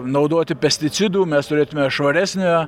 naudoti pesticidų mes turėtume švaresnę